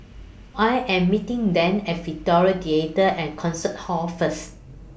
I Am meeting Dane At Victoria Theatre and Concert Hall First